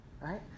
right